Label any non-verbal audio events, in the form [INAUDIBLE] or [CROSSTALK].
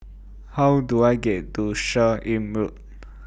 How Do I get to Seah Im Road [NOISE]